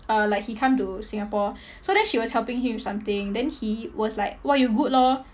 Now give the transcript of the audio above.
uh like he come to singapore so then she was helping him with something then he was like !wah! you good lor